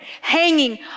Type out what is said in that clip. hanging